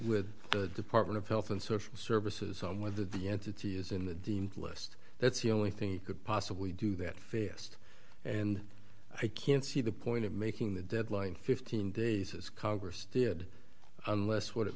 with the department of health and social services on whether the entity is in the deemed list that's the only thing you could possibly do that faced and i can't see the point of making the deadline fifteen days as congress did unless what it